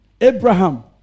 Abraham